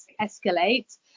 escalate